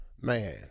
Man